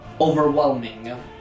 overwhelming